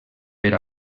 per